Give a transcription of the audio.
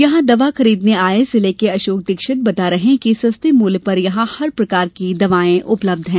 यहां दवा खरीदने आये जिले के अशोक दीक्षित बता रहे हैं कि सस्ते मूल्य पर यहां हर प्रकार की दवायें उपलब्ध हैं